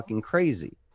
crazy